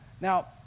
Now